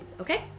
Okay